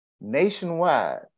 Nationwide